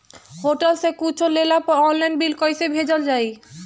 Hotel से कुच्छो लेला पर आनलाइन बिल कैसे भेजल जाइ?